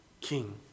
king